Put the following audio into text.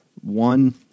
one